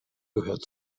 gehört